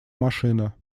машина